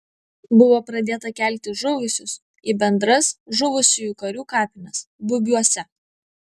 buvo pradėta kelti žuvusius į bendras žuvusiųjų karių kapines bubiuose